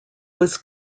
was